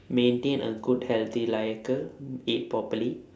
maintain a good healthy lifestyle eat properly